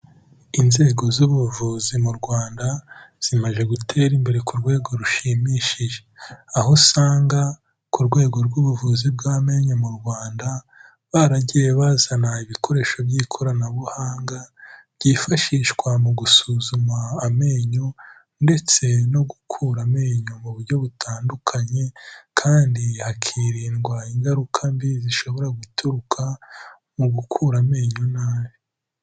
Inzego z'ubuvuzi mu Rwanda, zimaze gutera imbere ku rwego rushimishije. Aho usanga, ku rwego rw'ubuvuzi bw'amenyo mu Rwanda, baragiye bazana ibikoresho by'ikoranabuhanga, byifashishwa mu gusuzuma amenyo, ndetse no gukura amenyo mu buryo butandukanye, kandi hakirindwa ingaruka mbi zishobora guturuka mu gukura amenyo nabi.